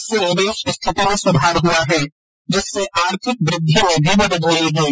इससे निवेश स्थिति में सुधार हुआ है जिससे आर्थिक वृद्वि में भी मदद मिलेगी